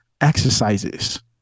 exercises